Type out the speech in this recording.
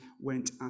went